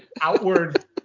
outward